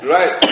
Right